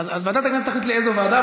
אז ועדת הכנסת תחליט לאיזו ועדה.